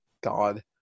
God